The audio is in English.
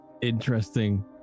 interesting